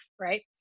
right